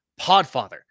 Podfather